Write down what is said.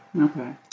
Okay